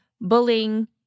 bullying